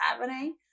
happening